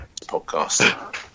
podcast